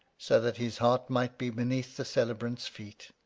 so that his heart might be beneath the celebrant's feet.